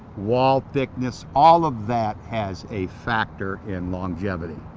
wall thickness, all of that, has a factor in longevity.